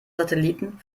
satelliten